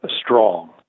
strong